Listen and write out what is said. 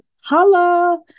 holla